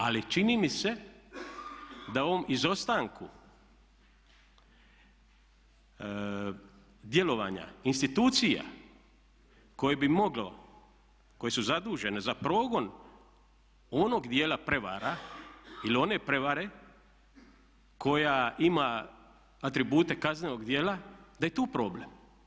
Ali čini mi se da u ovom izostanku djelovanja institucija koje bi moglo, koje su zadužene za progon onog dijela prijevara ili one prijevare koja ima atribute kaznenog djela da je tu problem.